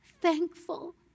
thankful